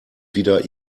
wieder